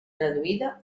traduïda